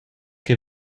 che